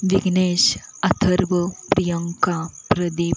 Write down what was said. Vignesh Atharva Priyanka Pradeep